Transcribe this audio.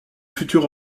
futurs